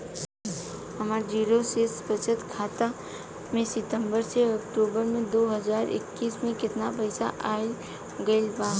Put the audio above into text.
हमार जीरो शेष बचत खाता में सितंबर से अक्तूबर में दो हज़ार इक्कीस में केतना पइसा आइल गइल बा?